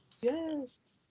Yes